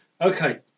Okay